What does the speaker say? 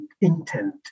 intent